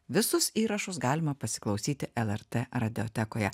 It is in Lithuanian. visus įrašus galima pasiklausyti lrt radijotekoje